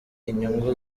inyungu